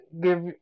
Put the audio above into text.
give